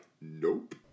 nope